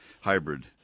hybrid